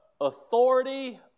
authority